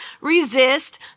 resist